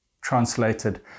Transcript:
translated